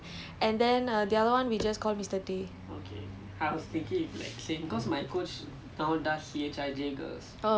he's chinese or something okay and then err the other one we just call mister tay